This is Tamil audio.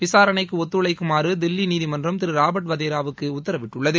விசாரணைக்கு ஒத்துழைக்குமாறு தில்லி நீதிமன்றம் திரு ராபர்ட் வதேராவுக்கு உத்தரவிட்டுள்ளது